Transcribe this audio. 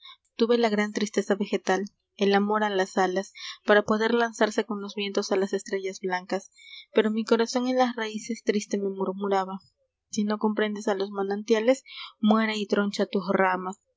tuve la gran tristeza vegetal el amor a las alas ara poder lanzarse con los vientos p as estrellas blancas ero mi corazón en las raíces riste me murmuraba no comprendes a los manantiales i uere y troncha tus ramas